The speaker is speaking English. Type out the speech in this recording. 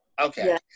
okay